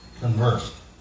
conversed